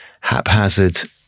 haphazard